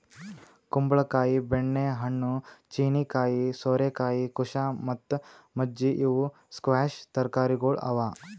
ಕುಂಬಳ ಕಾಯಿ, ಬೆಣ್ಣೆ ಹಣ್ಣು, ಚೀನೀಕಾಯಿ, ಸೋರೆಕಾಯಿ, ಕುಶಾ ಮತ್ತ ಮಜ್ಜಿ ಇವು ಸ್ಕ್ವ್ಯಾಷ್ ತರಕಾರಿಗೊಳ್ ಅವಾ